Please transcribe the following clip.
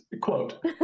Quote